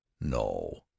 No